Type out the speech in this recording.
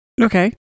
Okay